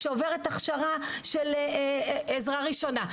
שעוברת הכשרה של עזרה ראשונה,